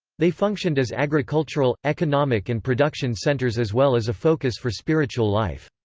they functioned as agricultural, economic and production centers as well as a focus for spiritual life.